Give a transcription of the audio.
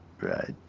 right